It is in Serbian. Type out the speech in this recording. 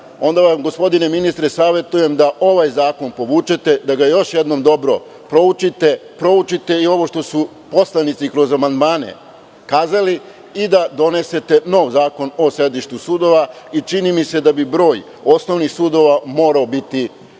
onda vam gospodine ministre, savetujem da ovaj zakon povučete, da ga još jednom dobro proučite i ovo što su poslanici kroz amandmane kazali i da donesete nov zakon o sedištu sudova i čini mi se da bi broj sedišta osnovnih sudova morao biti dupliran.